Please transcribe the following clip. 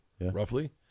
Roughly